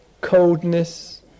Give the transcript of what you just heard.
coldness